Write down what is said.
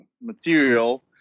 material